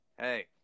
hey